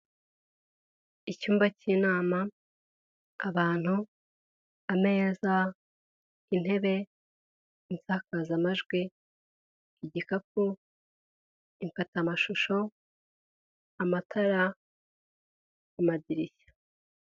Icyumba cy'inama, abantu, ameza intebe, isakazamajwi, igikapu, imfatamashusho, amatara, amadirishya.